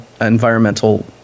environmental